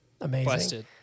Amazing